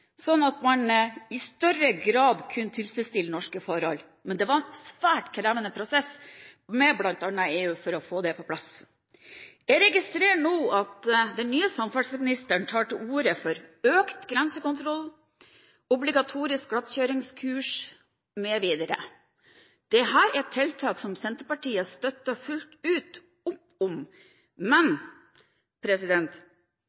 at man i større grad kunne tilfredsstille norske forhold. Men det var en svært krevende prosess med bl.a. EU for å få det på plass. Jeg registrerer nå at den nye samferdselsministeren tar til orde for økt grensekontroll, obligatorisk glattkjøringskurs mv. Dette er tiltak som Senterpartiet støtter fullt ut opp om,